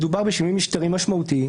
מדובר בשינוי משטרי משמעותי,